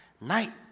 night